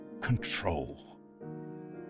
Control